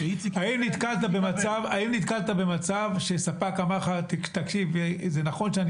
כשאיציק --- האם נתקלת במצב שספק אמר לך: זה נכון שאני